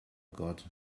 got